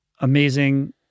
amazing